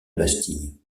bastille